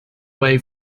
way